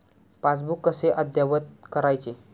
Passbook कसे अद्ययावत करायचे?